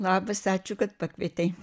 labas ačiū kad pakvietei